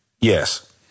Yes